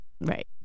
Right